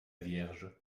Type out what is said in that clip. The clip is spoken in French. vierge